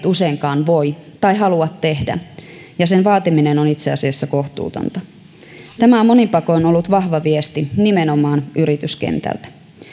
useinkaan voi tai halua tehdä ja sen vaatiminen on itse asiassa kohtuutonta tämä on monin paikoin ollut vahva viesti nimenomaan yrityskentältä